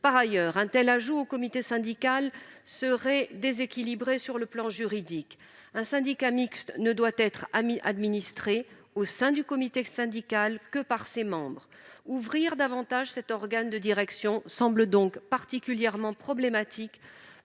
Par ailleurs, un tel ajout au comité syndical serait déséquilibré sur le plan juridique. Un syndicat mixte ne doit être administré au sein du comité syndical que par ses membres. Ouvrir davantage cet organe de direction semble donc particulièrement problématique